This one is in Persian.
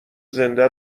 زنده